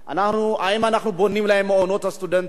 אם אנחנו בונים להם מעונות סטודנטים,